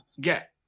get